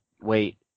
Wait